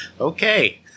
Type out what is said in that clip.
Okay